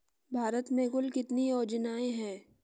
भारत में कुल कितनी योजनाएं हैं?